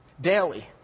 daily